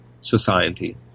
society